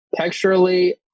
Texturally